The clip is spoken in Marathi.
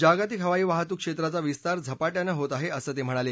जागतिक हवाई वाहतूक क्षेत्राचा विस्तार झपाट्यानं होत आहे असं ते म्हणाले